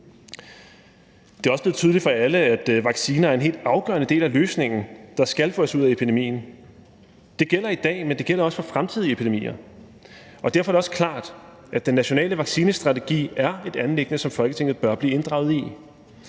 Det er også blevet tydeligt for alle, at vacciner er en helt afgørende del af løsningen, der skal få os ud af epidemien. Det gælder i dag, men det gælder også for fremtidige epidemier. Derfor er det også klart, at den nationale vaccinestrategi er et anliggende, som Folketinget bør blive inddraget i.